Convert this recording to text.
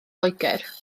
loegr